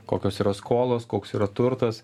kokios yra skolos koks yra turtas